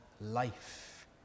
life